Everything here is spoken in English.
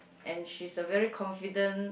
and she is a very confident